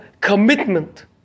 commitment